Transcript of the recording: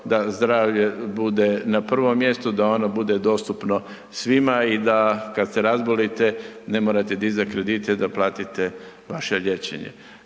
da zdravlje bude na prvom mjestu, da ono bude dostupno svima i da kad se razbolite ne morate dizat kredite da platite vaše liječenje.